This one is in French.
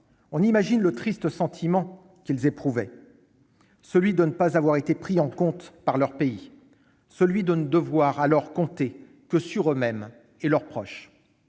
On imagine le triste sentiment qu'ils éprouvaient, celui de ne pas avoir été pris en compte par leur pays et de ne devoir alors compter que sur eux-mêmes et sur leurs proches.